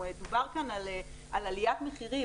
דובר כאן על עליית מחירים